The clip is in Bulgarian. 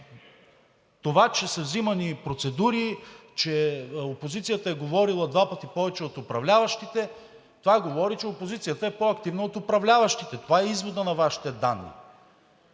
Това, че са взимани процедури, че опозицията е говорила два пъти повече от управляващите – това говори, че опозицията е по активна от управляващите. Това е изводът на Вашите данни